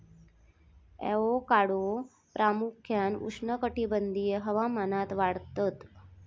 avocado प्रामुख्यान उष्णकटिबंधीय हवामानात वाढतत